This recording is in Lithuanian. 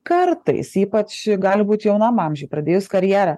kartais ypač gali būt jaunam amžiui pradėjus karjerą